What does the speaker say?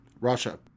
Russia